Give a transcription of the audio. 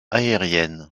aérienne